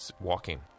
walking